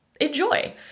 enjoy